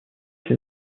est